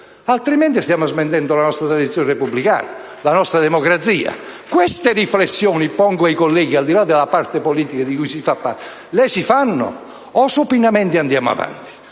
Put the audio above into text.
superiore. Stiamo smentendo la nostra tradizione repubblicana, la nostra democrazia. Queste riflessioni pongo ai colleghi, al di là dello schieramento di cui si fa parte. Si fanno, o supinamente andiamo avanti?